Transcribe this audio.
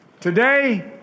Today